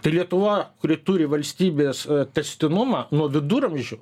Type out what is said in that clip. tai lietuva kuri turi valstybės tęstinumą nuo viduramžių